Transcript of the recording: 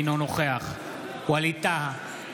אינו נוכח ווליד טאהא,